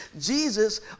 Jesus